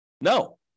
No